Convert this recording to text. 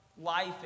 life